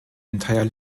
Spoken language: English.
entire